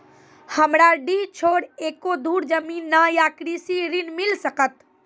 हमरा डीह छोर एको धुर जमीन न या कृषि ऋण मिल सकत?